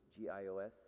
g-i-o-s